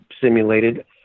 simulated